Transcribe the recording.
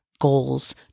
Goals